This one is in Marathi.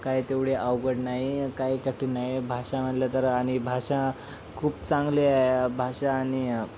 काय तेवढी अवघड नाही काही कठीण नाही भाषा म्हटलं तर आणि भाषा खूप चांगली भाषा आणि